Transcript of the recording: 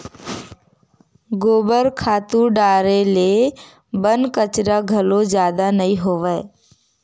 गोबर खातू डारे ले बन कचरा घलो जादा नइ होवय